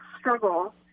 struggle